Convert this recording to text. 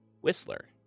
Whistler